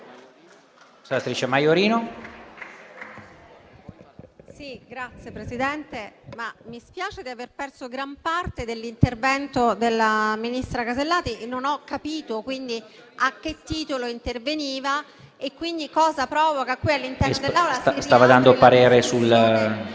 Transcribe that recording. Signor Presidente, mi dispiace aver perso gran parte dell'intervento della ministra Casellati e non ho capito quindi a che titolo interveniva e quindi cosa provoca qui all'interno dell'Aula. PRESIDENTE. Stava dando il parere sugli